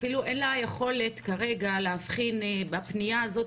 אפילו אין לה יכולת כרגע להבחין בפניה הזאת,